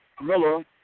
Miller